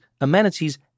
amenities